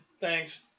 Thanks